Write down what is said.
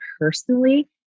personally